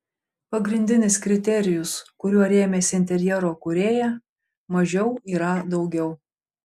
pagrindinis kriterijus kuriuo rėmėsi interjero kūrėja mažiau yra daugiau